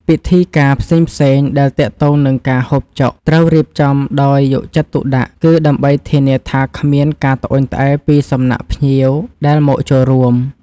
ពិធីការផ្សេងៗដែលទាក់ទងនឹងការហូបចុកត្រូវរៀបចំដោយយកចិត្តទុកដាក់ គឺដើម្បីធានាថាគ្មានការត្អូញត្អែរពីសំណាក់ភ្ញៀវដែលមកចូលរួម។